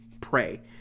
pray